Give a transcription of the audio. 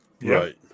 Right